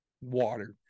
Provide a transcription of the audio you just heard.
water